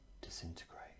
disintegrate